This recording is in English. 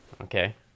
Okay